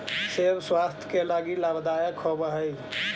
सेब स्वास्थ्य के लगी लाभदायक होवऽ हई